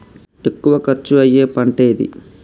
ఎక్కువ ఖర్చు అయ్యే పంటేది?